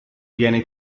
viene